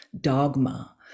dogma